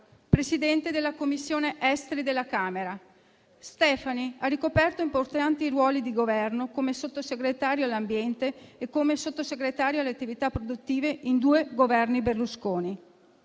Presidente della Commissione affari esteri della Camera, Stefani ha ricoperto importanti ruoli di Governo come Sottosegretario all'ambiente e come Sottosegretario alle attività produttive in due Governi Berlusconi.